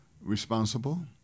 responsible